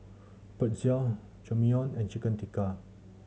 Pretzel Jajangmyeon and Chicken Tikka